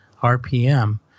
RPM